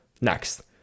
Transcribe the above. next